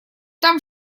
там